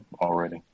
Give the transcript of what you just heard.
already